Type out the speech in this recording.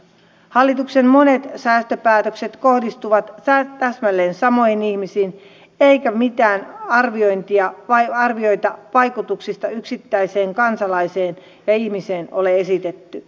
hallituksen monet säästöpäätökset kohdistuvat täsmälleen samoihin ihmisiin eikä mitään arvioita vaikutuksista yksittäiseen kansalaiseen ja ihmiseen ole esitetty